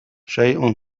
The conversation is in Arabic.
شيء